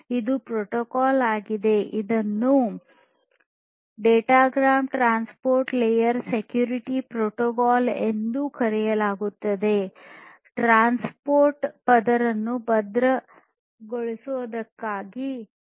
ಇದು ಪ್ರೋಟೋಕಾಲ್ ಆಗಿದೆ ಇದನ್ನು datagram transport layer security protocol ಎಂದು ಕರೆಯಲಾಗುತ್ತದೆ ಟ್ರಾನ್ಸ್ಪೋರ್ಟ್ ಪದರವನ್ನು ಭದ್ರಪಡಿಸುವುದಕ್ಕಾಗಿ ಇದೆ